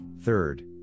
Third